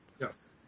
Yes